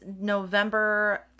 November